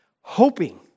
hoping